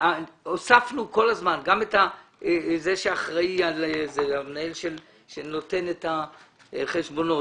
הוספנו גם את המנהל שנותן את חשבונות,